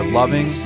loving